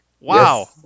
Wow